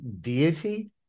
deity